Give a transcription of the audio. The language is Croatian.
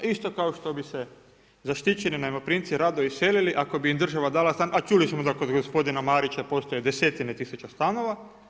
Isto kao što bi se zaštićeni najmoprimci rado iselili ako bi im država dala stan a čuli smo da kod gospodina Marića postoje desetine tisuća stanova.